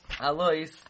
Alois